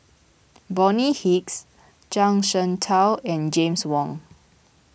Bonny Hicks Zhuang Shengtao and James Wong